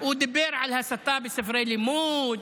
הוא דיבר על הסתה בספרי לימוד,